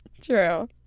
True